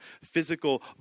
physical